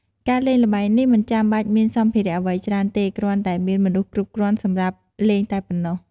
ការលេងល្បែងនេះមិនចាំបាច់មានសម្ភារៈអ្វីច្រើនទេ គ្រាន់តែមានមនុស្សគ្រប់គ្រាន់សម្រាប់លេងតែប៉ណ្ណោះ។